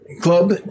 club